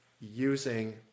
using